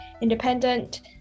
Independent